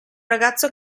ragazzo